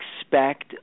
expect